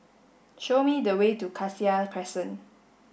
show me the way to Cassia Crescent